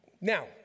Now